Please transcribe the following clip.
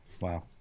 Wow